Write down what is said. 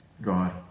God